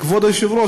כבוד היושב-ראש,